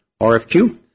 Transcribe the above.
RFQ